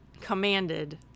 commanded